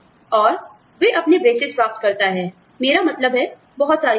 और वे अपने ब्रेसिज़ प्राप्त करते हैं मेरा मतलब है बहुत सारी चीजें